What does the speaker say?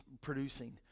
producing